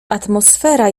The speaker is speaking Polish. atmosfera